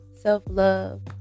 self-love